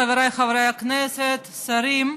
חבריי חברי הכנסת, שרים,